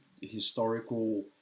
historical